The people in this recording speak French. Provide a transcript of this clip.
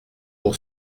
pour